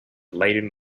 laden